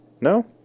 No